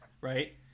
right